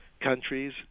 countries